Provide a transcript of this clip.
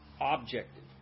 objective